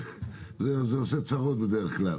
זה עושה צרות בדרך כלל